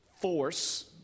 force